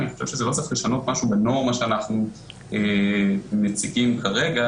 אני לא חושב שצריך לשנות משהו בנורמה שאנחנו מציגים כרגע,